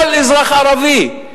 כל אזרח ערבי,